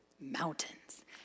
mountains